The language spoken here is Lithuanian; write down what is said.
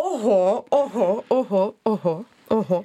oho oho oho oho oho